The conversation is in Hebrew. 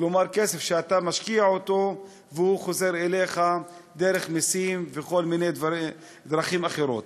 כסף שאתה משקיע והוא חוזר אליך דרך מסים וכל מיני דרכים אחרות.